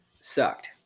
sucked